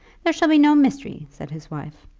there shall be no mystery, said his wife.